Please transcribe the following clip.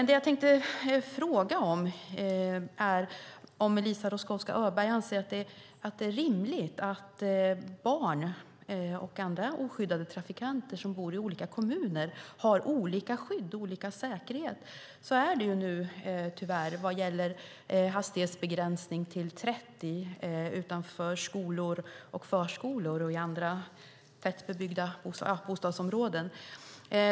Det jag tänkte fråga om är om Eliza Roszkowska Öberg anser att det är rimligt att barn och andra oskyddade trafikanter som bor i olika kommuner har olika skydd och olika säkerhet. Så är det tyvärr nu vad gäller hastighetsbegränsning till 30 utanför skolor och förskolor och i bostadsområden.